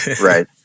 Right